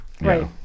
Right